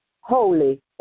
holy